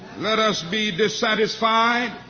let us be dissatisfied